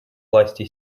власти